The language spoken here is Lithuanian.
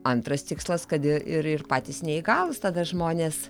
antras tikslas kad i ir ir patys neįgalūs tada žmonės